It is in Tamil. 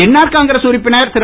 என்ஆர் காங்கிரஸ் உறுப்பினர் திரு